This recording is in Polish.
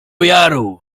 jaru